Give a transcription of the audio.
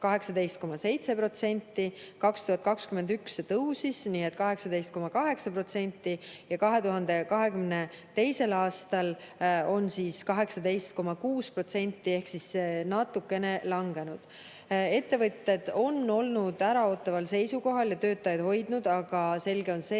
18,7%, 2021 see tõusis, nii et oli 18,8%, ja 2022. aastal oli [see] 18,6% ehk siis natukene langenud. Ettevõtted on olnud äraootaval seisukohal ja töötajaid hoidnud, aga selge on see,